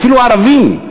אפילו ערבים,